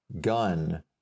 gun